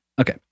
Okay